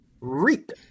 Reap